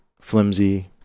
flimsy